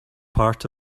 part